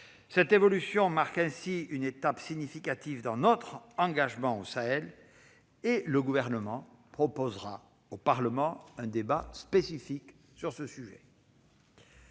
Cette évolution marque une étape significative dans notre engagement au Sahel. Le Gouvernement proposera au Parlement un débat spécifique sur le sujet.